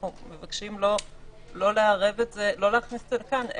אנחנו מבקשים לא להכניס את זה לכאן.